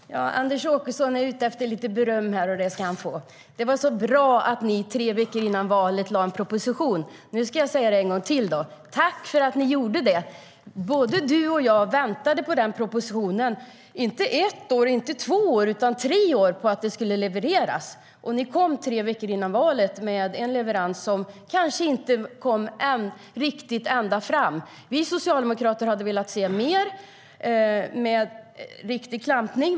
Herr talman! Anders Åkesson är ute efter lite beröm, och det ska han få! Det var bra att ni tre veckor före valet lade fram en proposition. Nu ska jag säga det en gång till: Tack för att ni gjorde det! Både du och jag väntade på att den propositionen skulle levereras, Anders Åkesson, inte ett eller två utan tre år. Ni kom tre veckor före valet med en leverans som kanske inte riktigt nådde ända fram. Vi socialdemokrater hade velat se mer. Vi hade velat se riktig klampning.